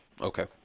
Okay